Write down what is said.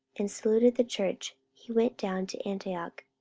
and saluted the church, he went down to antioch.